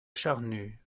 charnue